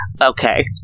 Okay